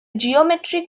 geometric